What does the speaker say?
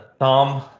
Tom